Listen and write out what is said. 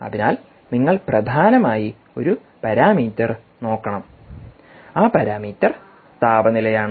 അതിനാൽ നിങ്ങൾ പ്രധാനമായി ഒരു പാരാമീറ്റർ നോക്കണം ആ പാരാമീറ്റർ താപനിലയാണ്